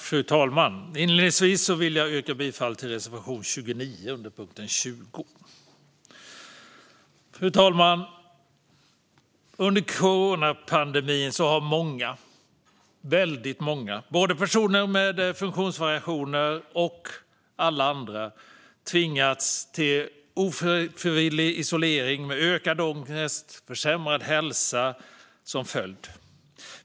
Fru talman! Inledningsvis vill jag yrka bifall till reservation 29 under punkt 20. Fru talman! Under coronapandemin har väldigt många - både personer med funktionsvariationer och alla andra - tvingats till ofrivillig isolering med ökad ångest och försämrad hälsa som följd.